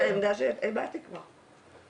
זו עמדה שהבעתי כבר.